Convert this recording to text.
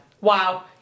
Wow